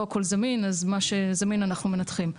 לא הכל זמין אז מה שזמין אנחנו מנתחים.